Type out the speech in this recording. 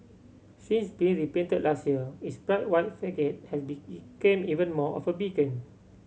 since being repainted last year its bright white facade has even more of a beacon